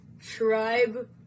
tribe